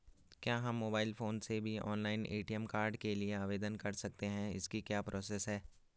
क्या हम mobile phone से भी ऑनलाइन ए.टी.एम कार्ड के लिए आवेदन कर सकते हैं इसकी क्या प्रोसेस है?